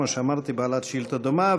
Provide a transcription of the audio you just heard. שכמו שאמרתי בעלת שאילתה דומה,